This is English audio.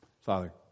Father